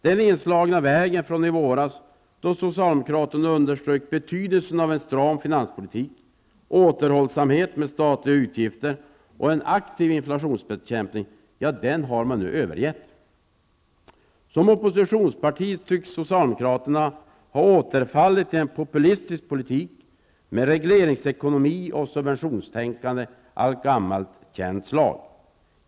Den inslagna vägen från i våras, då socialdemokraterna underströk betydelsen av en stram finanspolitik, återhållsamhet med statliga utgifter och en aktiv inflationsbekämpning, har övergetts. Som oppositionsparti har socialdemokraterna återfallit i en populistisk politik med regleringsekonomi och subventionstänkande. Av gammalt slag.